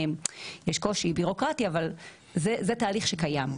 יש קושי בירוקרטי, אבל זה תהליך שקיים.